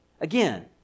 Again